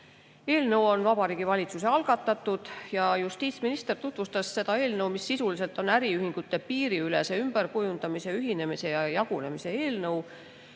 Eelnõu on Vabariigi Valitsuse algatatud ja justiitsminister tutvustas seda eelnõu, mis sisuliselt on äriühingute piiriülese ümberkujundamise, ühinemise ja jagunemise eelnõu.